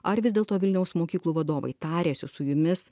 ar vis dėlto vilniaus mokyklų vadovai tarėsi su jumis